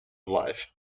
life